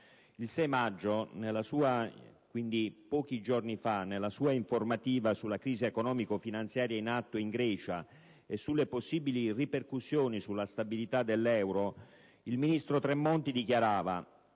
Il 6 maggio, pochi giorni fa, nella sua informativa sulla crisi economico-finanziaria in atto in Grecia e sulle possibilità di ripercussioni sulla stabilità dell'Europa, il ministro Tremonti dichiarava: